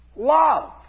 love